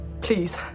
please